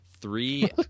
three